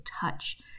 touch